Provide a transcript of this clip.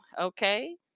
okay